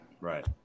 right